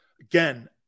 Again